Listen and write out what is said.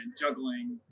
juggling